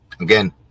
again